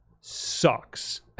sucks